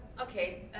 okay